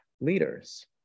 leaders